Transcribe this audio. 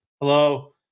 hello